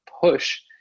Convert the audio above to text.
push